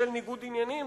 בשל ניגוד עניינים,